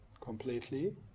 completely